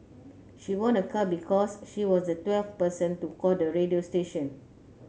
she won a car because she was the twelfth person to call the radio station